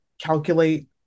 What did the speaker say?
calculate